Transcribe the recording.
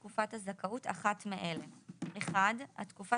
"תקופת הזכאות" אחת מאלה: (1)התקופה